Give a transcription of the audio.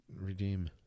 redeem